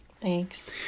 Thanks